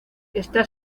está